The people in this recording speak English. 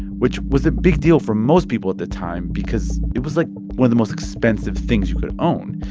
which was a big deal for most people at the time because it was, like, one of the most expensive things you could own.